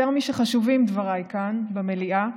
יותר משחשובים דבריי כאן במליאה,